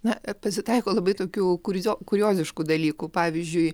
na pasitaiko labai tokių kurizio kurioziškų dalykų pavyzdžiui